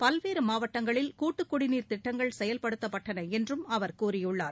பல்வேறு மாவட்டங்களில் கூட்டுக்குடிநீர் திட்டங்கள் செயல்படுத்தப்பட்டன என்றும் அவர் கூறினார்